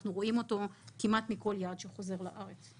אנחנו רואים אותו כמעט מכל יעד שחוזרים אליו לארץ.